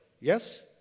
Yes